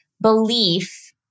belief